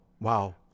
Wow